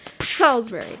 Salisbury